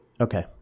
Okay